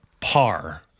par